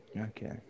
Okay